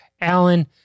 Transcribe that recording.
Alan